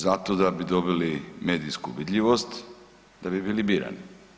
Zato da bi dobili medijsku vidljivost, da bi bili birani.